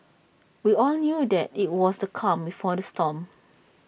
we all knew that IT was the calm before the storm